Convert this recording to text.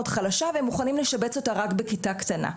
חלשה והם מוכנים לשבץ אותה רק בכיתה קטנה.